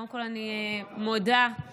קודם כול אני מודה לך,